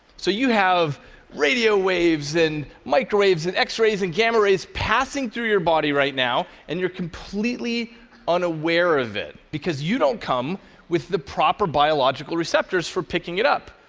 so you have radio waves and microwaves and x-rays and gamma rays passing through your body right now and you're completely unaware of it, because you don't come with the proper biological receptors for picking it up.